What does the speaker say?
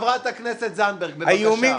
חברת הכנסת זנדברג, בבקשה.